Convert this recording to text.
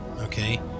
okay